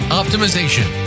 optimization